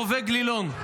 רובה גלילון.